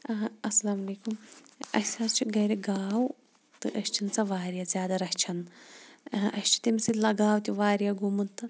اَسَلامُ علیکُم اَسہِ حظ چھِ گَرِ گاو تہٕ أسۍ چھِنہٕ سۄ واریاہ زیادٕ رَچھان آ اَسہِ چھُ تٔمِس سۭتۍ لَگاو تہِ واریاہ گوٚمُت تہٕ